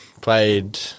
played